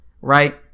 right